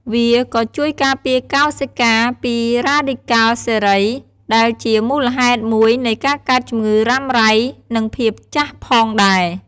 វាក៏ជួយការពារកោសិកាពីរ៉ាឌីកាល់សេរី ដែលជាមូលហេតុមួយនៃការកើតជំងឺរ៉ាំរ៉ៃ និងភាពចាស់ផងដែរ។